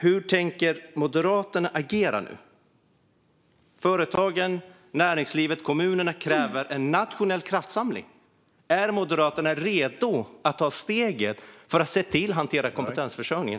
Hur tänker Moderaterna agera nu? Företagen, näringslivet och kommunerna kräver en nationell kraftsamling. Är Moderaterna redo att ta steget för att se till att hantera kompetensförsörjningen?